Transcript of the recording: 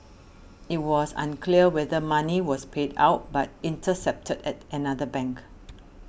it was unclear whether money was paid out but intercepted at another bank